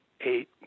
eight